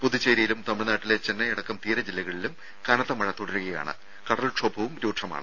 പുതുച്ചേരിയിലും തമിഴ്നാട്ടിലെ ചെന്നൈയടക്കം തീര ജില്ലകളിലും കനത്ത മഴ തുടരുകയാണ് കടൽക്ഷോഭവും രൂക്ഷമാണ്